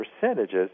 percentages